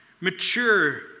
Mature